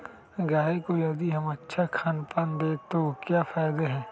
गाय को यदि हम अच्छा खानपान दें तो क्या फायदे हैं?